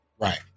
Right